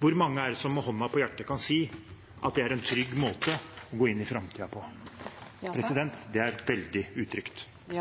Hvor mange er det som med hånden på hjertet kan si at det er en trygg måte å gå inn i framtiden på? Det er veldig utrygt. Eg